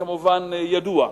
כמובן, ידוע.